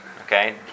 Okay